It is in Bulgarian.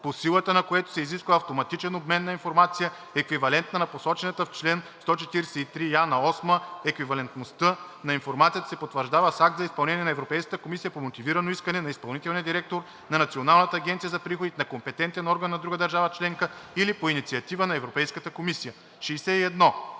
по силата на което се изисква автоматичен обмен на информация, еквивалентна на посочената в чл. 143я8. Еквивалентността на информацията се потвърждава с акт за изпълнение на Европейската комисия по мотивирано искане на изпълнителния директор на Националната агенция за приходите, на компетентен орган на друга държава членка или по инициатива на Европейската комисия.